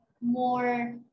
more